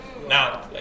Now